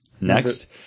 next